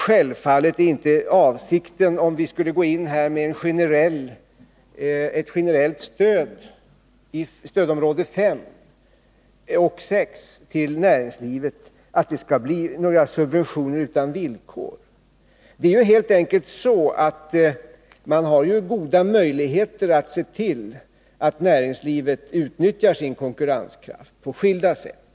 Självfallet är inte avsikten att, om vi skulle bevilja ett generellt stöd till näringslivet i stödområdena 5 och 6, subventionerna skulle lämnas utan villkor. Man har ju goda möjligheter att se till att näringslivet utnyttjar sin konkurrenskraft på skilda sätt.